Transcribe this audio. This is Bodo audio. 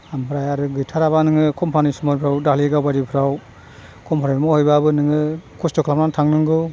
आमफ्राय आरो गैथाराब्ला नोङो कम्पानि सम्पानिफ्राव धालिगाव बायदिफ्राव कम्पानियाव मावहैब्लाबो नोङो खस्थ' खालामनानै थांनांगौ